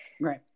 Right